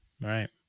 Right